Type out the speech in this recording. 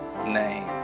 name